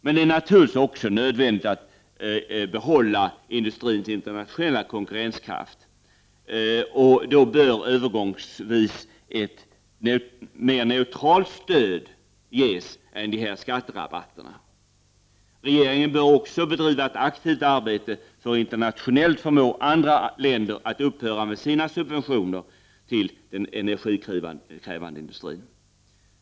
Men det är naturligtvis också nödvändigt att behålla industrins internationella konkurrenskraft. Därför bör övergångsvis ett mer neutralt stöd ges än de nuvarande skatterabatterna. Regeringen bör också bedriva ett aktivt arbete för att internationellt förmå andra länder att upphöra med sina subventioner till den energikrävande industrin.